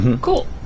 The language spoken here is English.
Cool